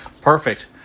Perfect